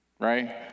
right